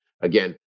Again